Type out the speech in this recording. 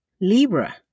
Libra